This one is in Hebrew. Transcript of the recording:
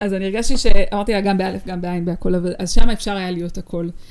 אז אני הרגשתי ש...אמרתי לה גם באלף, גם בעין, בהכל, אז שם אפשר היה להיות הכל.